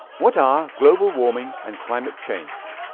what are global warming and climate change?